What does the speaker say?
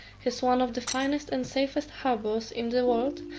has one of the finest and safest harbours in the world,